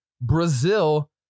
Brazil